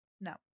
No